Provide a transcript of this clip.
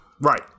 Right